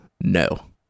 No